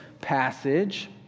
passage